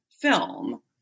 film